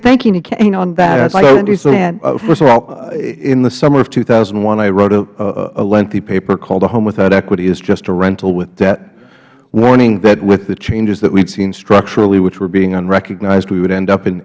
rosner first of all in the summer of two thousand and one i wrote a lengthy paper called a home without equity is just a rental with debt warning that with the changes that we had seen structurally which were being unrecognized we would end up in